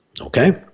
okay